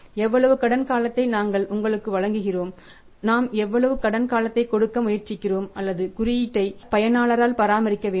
எவ்வளவு கடன் காலத்தை நாங்கள் உங்களுக்கு வழங்குகிறோம் நாம் எவ்வளவு கடன் காலத்தை கொடுக்க முயற்சிக்கிறோம் அல்லது குறியீட்டை பயனரால் பராமரிக்க வேண்டும்